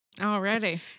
Already